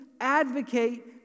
advocate